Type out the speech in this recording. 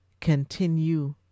continue